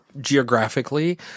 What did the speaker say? geographically